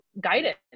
guidance